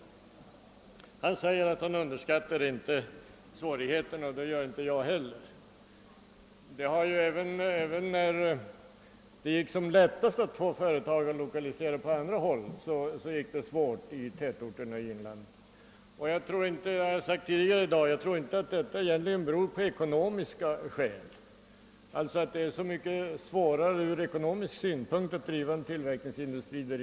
Statsrådet sade att han inte underskattade svårigheterna, och det gör inte jag heller. Även när det gick som lättast att få företag att lokalisera var det svårt att få dem till tätorterna i inlandet. Jag tror inte — detta har jag sagt tidigare i dag — att detta egentligen berodde på ekonomiska skäl, alltså att det ur ekonomisk synpunkt är så mycket svårare att driva en tillverkningsindustri i inlandet.